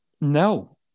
No